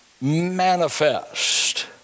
manifest